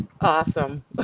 Awesome